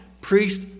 priest